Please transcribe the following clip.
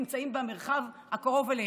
נמצאים במרחב הקרוב אליהם,